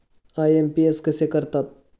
IMPS कसे करतात?